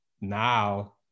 now